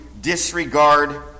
disregard